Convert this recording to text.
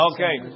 Okay